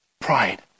Pride